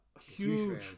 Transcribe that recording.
huge